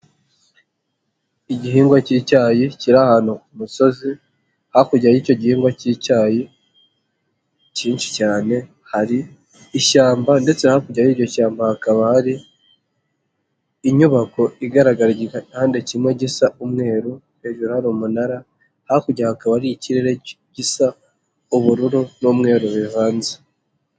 lgihingwa cy'icyayi kiri ahantu ku musozi, hakurya y'icyo gihingwa cy'icyayi cyinshi cyane, hari ishyamba ndetse hakurya y'iryo shyamba hakaba hari ,inyubako igaragara igihande kimwe gisa umweru, hejuru hari umunara, hakurya hakaba ari ikirere gisa ubururu n'umweru bivanze.